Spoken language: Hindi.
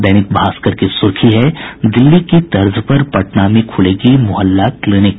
दैनिक भास्कर की सुर्खी है दिल्ली की तर्ज पर पटना में खुलेगी मुहल्ला क्लिनिक